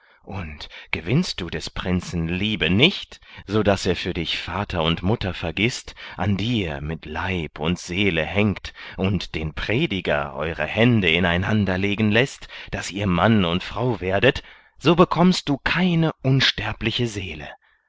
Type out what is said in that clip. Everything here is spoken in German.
und gewinnst du des prinzen liebe nicht sodaß er für dich vater und mutter vergißt an dir mit leib und seele hängt und den prediger eure hände in einander legen läßt daß ihr mann und frau werdet so bekommst du keine unsterbliche seele